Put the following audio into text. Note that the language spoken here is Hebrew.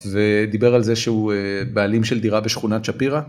ודיבר על זה שהוא בעלים של דירה בשכונת שפירא.